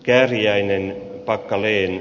kääriäinen ja paikallinen